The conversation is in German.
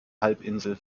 halbinsel